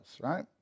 right